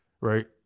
right